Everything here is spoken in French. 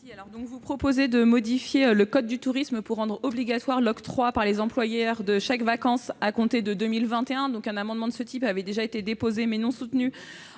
vous proposez de modifier le code du tourisme pour rendre obligatoire l'octroi par les employeurs de chèques-vacances à compter de 2021. Un amendement de ce type avait été déposé, sans qu'il soit